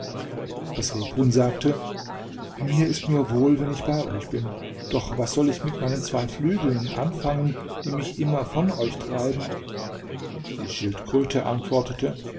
das rebhuhn sagte mir ist nur wohl wenn ich bei euch bin doch was soll ich mit meinen zwei flügeln anfangen die mich immer von euch treiben die schildkröte antwortete